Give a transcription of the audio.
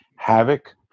Havoc